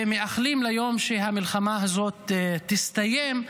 ומאחלים ליום שהמלחמה הזאת תסתיים.